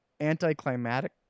anticlimactic